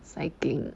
cycling